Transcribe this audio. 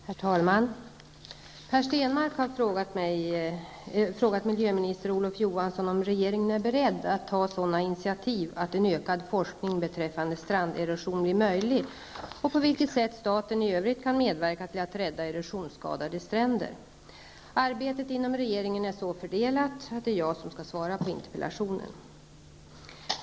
Herr talman! Per Stenmarck har frågat miljöminister Olof Johansson om regeringen är beredd att ta sådana initiativ att en ökad forskning beträffande stranderosion blir möjlig och på vilket sätt staten i övrigt kan medverka till att rädda erosionsskadade stränder. Arbetet inom regeringen är så fördelat att det är jag som skall svara på interpellationen.